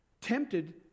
Tempted